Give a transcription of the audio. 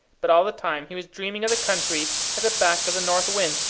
but all the time, he was dreaming of the country at the back of the north wind,